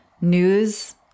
news